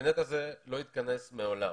הקבינט הזה שלא התכנס מעולם.